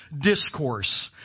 discourse